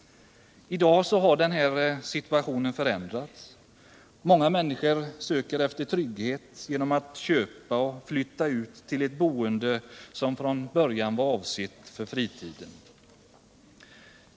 I dag har den här situationen förändrats. Många människor söker efter trygghet genom att köpa och flytta ut till bostäder som inte från början var avsedda för fritid.